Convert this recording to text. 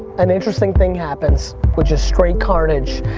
an interesting thing happens, which is straight carnage.